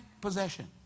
possession